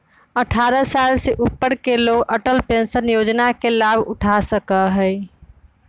अट्ठारह साल से ऊपर के लोग अटल पेंशन योजना के लाभ उठा सका हई